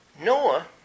Noah